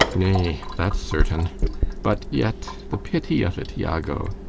nay, that's certain but yet the pity of it, iago!